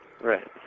Right